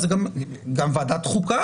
אז גם לוועדת חוקה,